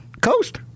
coast